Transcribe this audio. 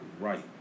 right